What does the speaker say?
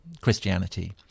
Christianity